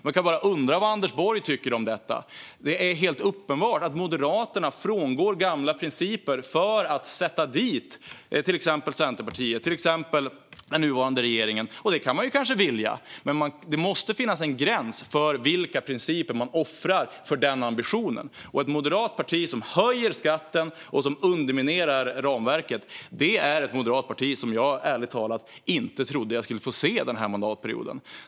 Man kan bara undra vad Anders Borg tycker om detta. Det är helt uppenbart att Moderaterna frångår gamla principer för att sätta dit till exempel Centerpartiet och den nuvarande regeringen. Det kan man kanske vilja, men det måste finnas en gräns för vilka principer man offrar för den ambitionen. Ett moderat parti som höjer skatten och underminerar ramverket är ett moderat parti som jag ärligt talat inte trodde att jag skulle få se den här mandatperioden.